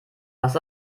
was